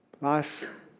Life